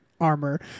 armor